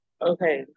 Okay